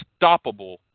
unstoppable